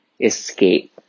escape